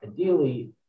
ideally